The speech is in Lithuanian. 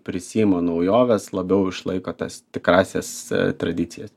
prisiima naujoves labiau išlaiko tas tikrąsias tradicijas